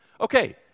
Okay